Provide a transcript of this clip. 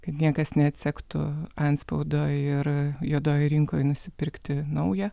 kad niekas neatsektų antspaudo ir juodojoj rinkoj nusipirkti naują